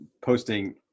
posting